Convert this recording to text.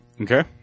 Okay